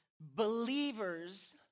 believers